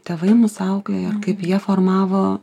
tėvai mus auklėjo ir kaip jie formavo